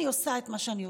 אני עושה את מה שאני עושה.